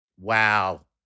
Wow